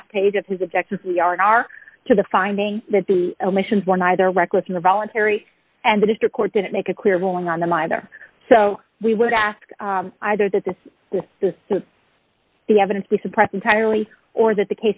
last page of his objectives we are now are to the finding that the omissions one either reckless in the voluntary and the district court didn't make a clear ruling on them either so we would ask either that the to the evidence be suppressed entirely or that the